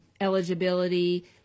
eligibility